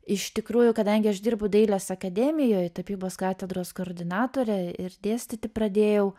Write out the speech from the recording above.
iš tikrųjų kadangi aš dirbu dailės akademijoj tapybos katedros koordinatore ir dėstyti pradėjau